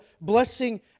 blessing